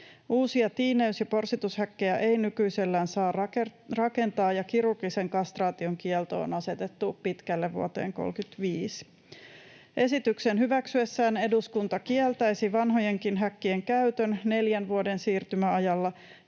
Uusia tiineys- ja porsitushäkkejä ei nykyisellään saa rakentaa, ja kirurgisen kastraation kielto on asetettu pitkälle, vuoteen 35. Esityksen hyväksyessään eduskunta kieltäisi vanhojenkin häkkien käytön neljän vuoden siirtymäajalla